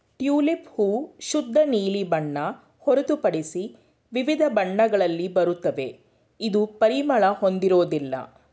tulip ಹೂ ಶುದ್ಧ ನೀಲಿ ಬಣ್ಣ ಹೊರತುಪಡಿಸಿ ವಿವಿಧ ಬಣ್ಣಗಳಲ್ಲಿ ಬರುತ್ವೆ ಇದು ಪರಿಮಳ ಹೊಂದಿರೋದಿಲ್ಲ